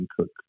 Cook